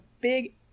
big